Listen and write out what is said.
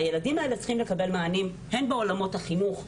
הילדים האלה צריכים לקבל מענים - הן בעולמות החינוך,